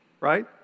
right